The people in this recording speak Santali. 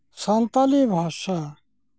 ᱥᱟᱱᱛᱟᱲᱤ ᱵᱷᱟᱥᱟ